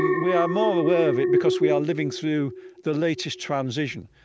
and we are more aware of it because we are living through the latest transition